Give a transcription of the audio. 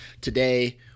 today